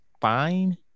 fine